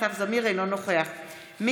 אינו נוכח אסף זמיר,